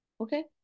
okay